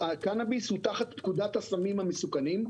הקנביס הוא תחת פקודת הסמים המסוכנים.